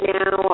now